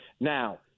Now